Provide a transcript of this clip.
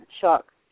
shock